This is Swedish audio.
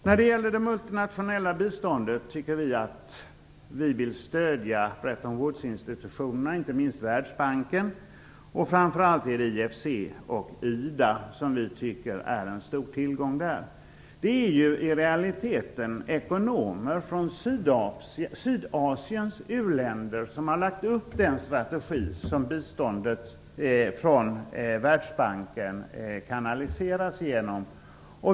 När det gäller det multinationella biståndet vill vi stödja Bretton Woods-institutionerna, inte minst Världsbanken, och framför allt IFC och IDA, som vi tycker är en stor tillgång. Det är i realiteten ekonomer från Sydasiens uländer som har lagt upp den strategi som biståndet från Världsbanken kanaliseras genom.